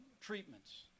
treatments